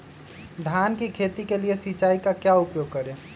धान की खेती के लिए सिंचाई का क्या उपयोग करें?